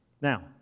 Now